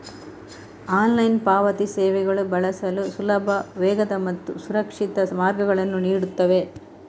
online ಪಾವತಿ ಸೇವೆಗಳು ಬಳಸಲು ಸುಲಭ, ವೇಗದ ಮತ್ತು ಸುರಕ್ಷಿತ ಮಾರ್ಗಗಳನ್ನು ನೀಡುತ್ತವೆ